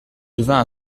devint